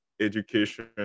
education